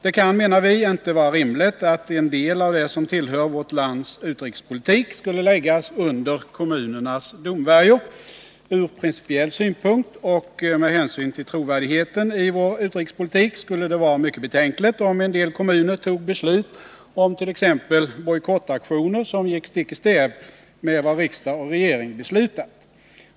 Det kan inte, menar vi, vara rimligt att en del av det som tillhör vårt lands utrikespolitik skulle läggas under kommunernas domvärjo. Från principiell synpunkt och med hänsyn till trovärdigheten i vår utrikespolitik skulle det vara mycket betänkligt, om en del kommuner fattade beslut om t.ex. bojkottaktioner som gick stick i stäv med vad riksdag och regering beslutat.